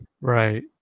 Right